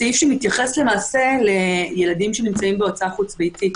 סעיף שמתייחס למעשה לילדים שנמצאים בהוצאה חוץ-ביתית.